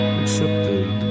accepted